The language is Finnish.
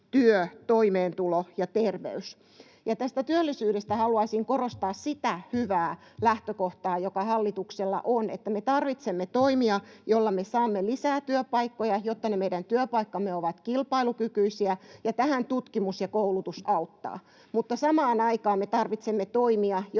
työ, toimeentulo ja terveys. Tästä työllisyydestä haluaisin korostaa sitä hyvää lähtökohtaa, joka hallituksella on, että me tarvitsemme toimia, joilla me saamme lisää työpaikkoja, jotta ne meidän työpaikkamme ovat kilpailukykyisiä, ja tähän tutkimus ja koulutus auttaa. Mutta samaan aikaan me tarvitsemme toimia,